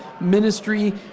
ministry